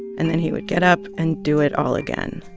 and then he would get up and do it all again.